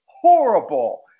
horrible